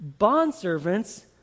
bondservants